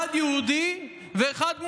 אחד יהודי ואחד מוסלמי,